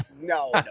No